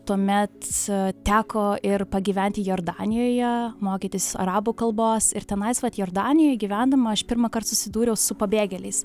tuomet teko ir pagyventi jordanijoje mokytis arabų kalbos ir tenais vat jordanijoj gyvendama aš pirmąkart susidūriau su pabėgėliais